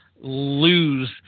lose